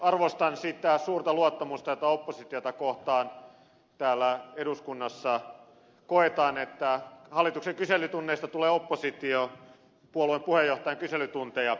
arvostan sitä suurta luottamusta jota oppositiota kohtaan täällä eduskunnassa koetaan että hallituksen kyselytunneista tulee oppositiopuolueen puheenjohtajan kyselytunteja